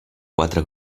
quatre